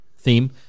theme